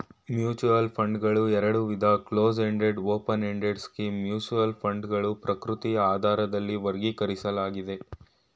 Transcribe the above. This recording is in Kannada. ಮ್ಯೂಚುವಲ್ ಫಂಡ್ಗಳು ಎರಡುವಿಧ ಕ್ಲೋಸ್ಎಂಡೆಡ್ ಓಪನ್ಎಂಡೆಡ್ ಸ್ಕೀಮ್ ಮ್ಯೂಚುವಲ್ ಫಂಡ್ಗಳ ಪ್ರಕೃತಿಯ ಆಧಾರದಲ್ಲಿ ವರ್ಗೀಕರಿಸಲಾಗಿದೆ